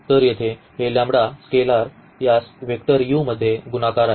तर येथे हे स्केलर या वेक्टर u मध्ये गुणाकार आहे